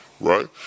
right